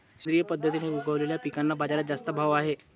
सेंद्रिय पद्धतीने उगवलेल्या पिकांना बाजारात जास्त भाव आहे